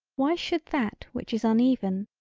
why should that which is uneven,